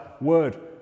word